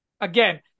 again